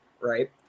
right